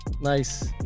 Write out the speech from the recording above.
Nice